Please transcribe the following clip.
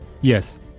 Yes